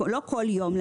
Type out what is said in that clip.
לא כל יום.